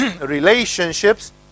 relationships